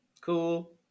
Cool